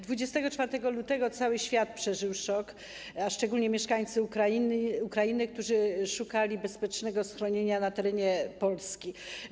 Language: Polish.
24 lutego cały świat przeżył szok, a szczególnie mieszkańcy Ukrainy, którzy szukali bezpiecznego schronienia na terenie Polski.